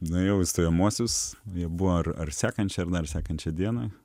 nuėjau į stojamuosius jie buvo ar ar sekančią ar dar sekančią dieną